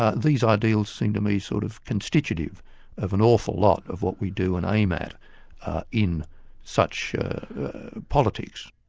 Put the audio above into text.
ah these ideals seem to me sort of constitutive of an awful lot of what we do and aim at in such politics.